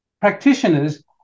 Practitioners